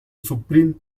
supreme